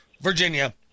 Virginia